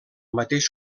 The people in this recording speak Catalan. mateix